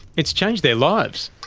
it's changed their lives.